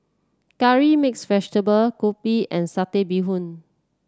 Curry Mixed Vegetable Kopi and Satay Bee Hoon